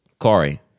Kari